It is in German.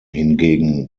hingegen